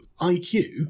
iq